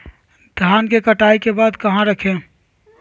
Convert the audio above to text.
धान के कटाई के बाद कहा रखें?